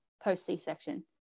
post-C-section